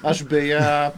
aš beje